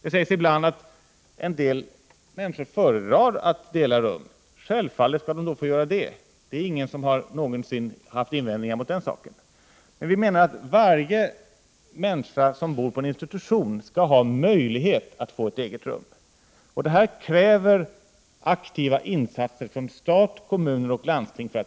Det sägs ibland att vissa människor föredrar att dela rum. Självfallet skall de då få göra det. Ingen har haft invändningar på den punkten. Men vi menar att varje människa som bor på en institution skall kunna få ett eget rum. För att 2 förverkliga detta krävs aktiva insatser av stat, kommuner och landsting.